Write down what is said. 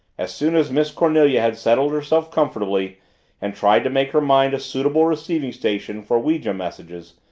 as soon as miss cornelia had settled herself comfortably and tried to make her mind a suitable receiving station for ouija messages,